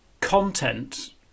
content